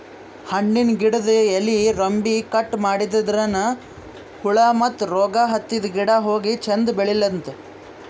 ಹಣ್ಣಿನ್ ಗಿಡದ್ ಎಲಿ ರೆಂಬೆ ಕಟ್ ಮಾಡದ್ರಿನ್ದ ಹುಳ ಮತ್ತ್ ರೋಗ್ ಹತ್ತಿದ್ ಗಿಡ ಹೋಗಿ ಚಂದ್ ಬೆಳಿಲಂತ್